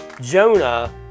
Jonah